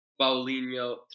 Paulinho